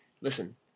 listen